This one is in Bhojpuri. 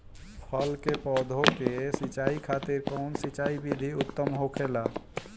फल के पौधो के सिंचाई खातिर कउन सिंचाई विधि उत्तम होखेला?